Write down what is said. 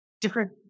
different